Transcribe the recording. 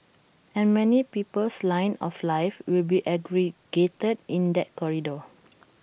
and many people's lines of life will be aggregated in that corridor